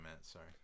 sorry